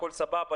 והכל סבבה,